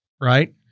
right